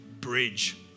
bridge